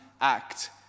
act